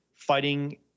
fighting